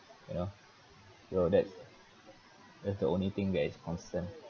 you know your that's that's the only thing that is concerned